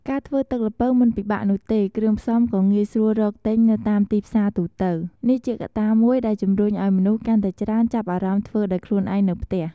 ការធ្វើទឹកល្ពៅមិនពិបាកនោះទេ គ្រឿងផ្សំក៏ងាយស្រួលរកទិញនៅតាមទីផ្សារទូទៅ នេះជាកត្តាមួយដែលជំរុញឲ្យមនុស្សកាន់តែច្រើនចាប់អារម្មណ៍ធ្វើដោយខ្លួនឯងនៅផ្ទះ។